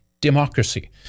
democracy